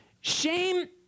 Shame